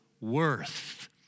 worth